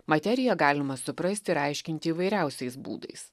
materiją galima suprasti ir aiškinti įvairiausiais būdais